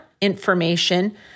information